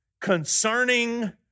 concerning